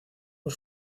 por